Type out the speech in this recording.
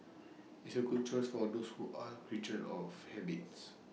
it's A good choice for those who are creatures of habits